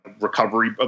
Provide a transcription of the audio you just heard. recovery